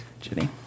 Jenny